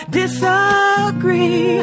disagree